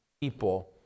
people